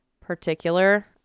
particular